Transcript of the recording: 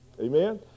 Amen